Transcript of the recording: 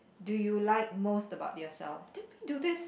do you like most about yourself didn't we do this